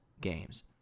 games